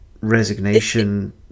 resignation